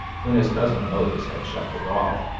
when his cousin modus had shuffled off.